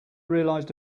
realized